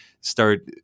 start